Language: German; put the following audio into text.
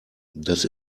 das